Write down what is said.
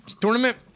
tournament